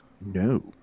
No